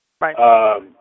Right